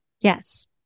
Yes